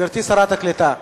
גברתי שרת הקליטה,